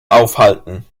aufhalten